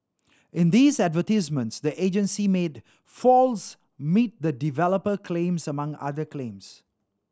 in these advertisements the agency made false meet the developer claims among other claims